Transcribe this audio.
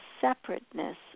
separateness